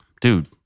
dude